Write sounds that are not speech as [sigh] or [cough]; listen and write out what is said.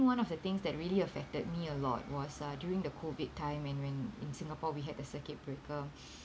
one of the things that really affected me a lot was uh during the COVID time and when in singapore we had the circuit breaker [breath]